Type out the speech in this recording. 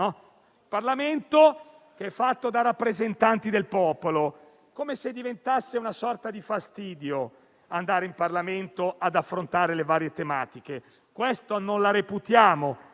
il Parlamento, che è composto dai rappresentanti del popolo, come se diventasse una sorta di fastidio andare in Parlamento ad affrontare le varie tematiche. Questa non la reputiamo